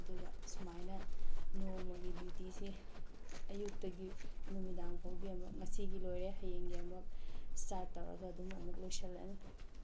ꯑꯗꯨꯒ ꯁꯨꯃꯥꯏꯅ ꯅꯣꯡꯃꯒꯤ ꯗ꯭ꯌꯨꯇꯤꯁꯦ ꯑꯌꯨꯛꯇꯒꯤ ꯅꯨꯃꯤꯗꯥꯡꯐꯥꯎꯒꯤ ꯑꯃꯨꯛ ꯉꯁꯤꯒꯤ ꯂꯣꯏꯔꯦ ꯍꯌꯦꯡꯒꯤ ꯑꯃꯨꯛ ꯁ꯭ꯇꯥꯔꯠ ꯇꯧꯔꯒ ꯑꯃꯨꯛ ꯂꯣꯏꯁꯤꯜꯂꯅꯤ